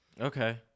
Okay